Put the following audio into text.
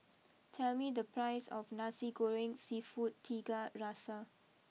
tell me the price of Nasi Goreng Seafood Tiga Rasa